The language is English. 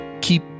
keep